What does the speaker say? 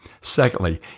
Secondly